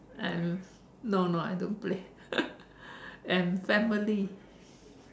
and no no I don't play and family